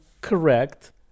correct